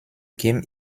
game